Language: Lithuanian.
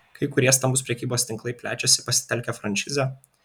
kai kurie stambūs prekybos tinklai plečiasi pasitelkę frančizę